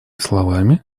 словами